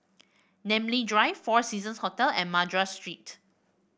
Namly Drive Four Seasons Hotel and Madras Street